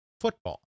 Football